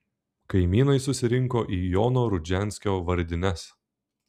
kaimynai susirinko į jono rudžianskio vardines